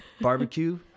Barbecue